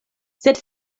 sed